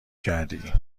کردی